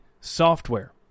software